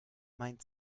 mein